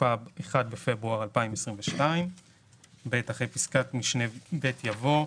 התשפ"|ב (1 בפברואר 2022). אחרי פסקת משנה (ב) יבוא: